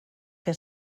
que